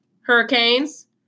Hurricanes